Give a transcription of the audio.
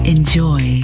Enjoy